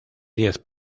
diez